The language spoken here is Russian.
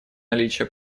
наличие